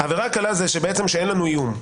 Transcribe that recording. העבירה הקלה זה כשאין איום.